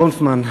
ברונפמן,